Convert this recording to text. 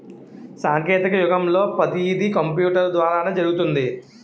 సాంకేతిక యుగంలో పతీది కంపూటరు ద్వారానే జరుగుతుంది